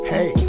Hey